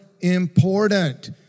important